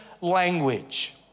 language